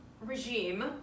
regime